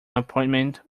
appointment